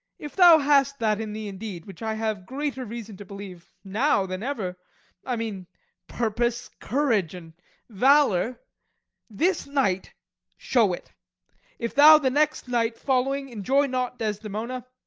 if thou hast that in thee indeed, which i have greater reason to believe now than ever i mean purpose, courage, and valour this night show it if thou the next night following enjoy not desdemona,